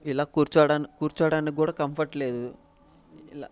ఇలా కూర్చోడానికి కూడా కంఫర్ట్ లేదు ఇలా